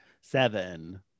Seven